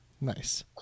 Nice